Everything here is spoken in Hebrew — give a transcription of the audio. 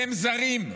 והם זרים.